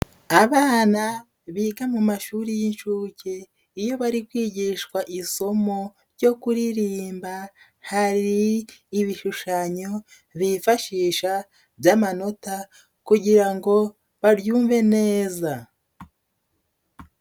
Abana biga mu mashuri y'inshuke iyo bari kwigishwa isomo ryo kuririmba hari ibishushanyo bifashisha by'amanota kugira ngo baryumve neza.